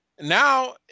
now